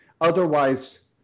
Otherwise